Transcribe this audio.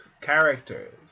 characters